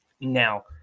Now